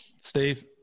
Steve